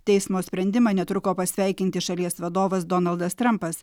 teismo sprendimą netruko pasveikinti šalies vadovas donaldas trampas